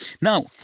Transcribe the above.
Now